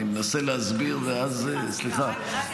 אני מנסה להסביר ואז --- סליחה,